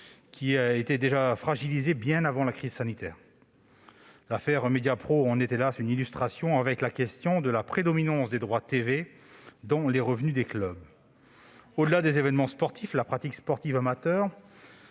économique déjà fragilisé bien avant la crise sanitaire ? L'affaire Mediapro en est, hélas, une illustration, et souligne la prépondérance des droits TV dans les revenus des clubs. Au-delà des événements sportifs, la pratique sportive amateur